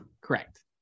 correct